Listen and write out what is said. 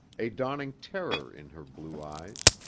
a dawning terror in her blue eyes.